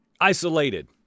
isolated